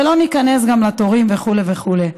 ולא ניכנס גם לתורים וכו' וכו'.